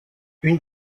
une